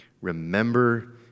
remember